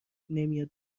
نمیاد